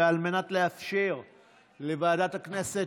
ועל מנת לאפשר לוועדת הכנסת,